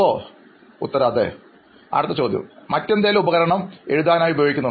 അഭിമുഖം സ്വീകരിക്കുന്നയാൾ അതെ അഭിമുഖം നടത്തുന്നയാൾ മറ്റേതെങ്കിലും ഉപകരണം എഴുതാനായി ഉപയോഗിച്ചിരുന്നുവോ